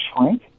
shrink